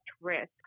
risk